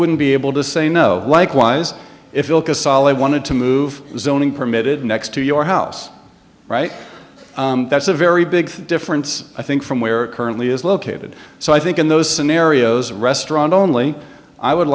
wouldn't be able to say no likewise if you'll casale wanted to move zoning permitted next to your house right that's a very big difference i think from where it currently is located so i think in those scenarios restaurant only i would